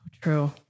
true